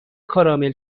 کارامل